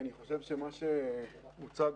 מה שהוצג